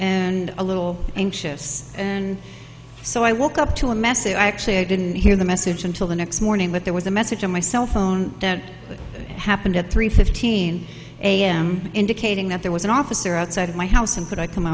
and a little anxious and so i woke up to a message actually i didn't hear the message until the next morning but there was a message on my cell phone that happened at three fifteen a m indicating that there was an officer outside my house and could i come